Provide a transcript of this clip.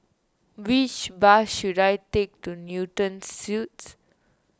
which bus should I take to Newton Suites